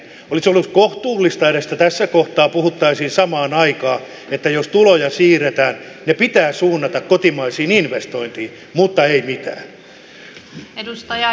olisi ollut kohtuullista edes se että tässä kohtaa puhuttaisiin samaan aikaan että jos tuloja siirretään ne pitää suunnata kotimaisiin investointeihin mutta ei mitään